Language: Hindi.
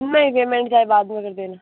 नहीं पेमेंट चाहे बाद में कर देना